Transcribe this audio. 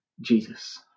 Jesus